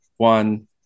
One